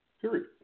Period